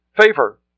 favor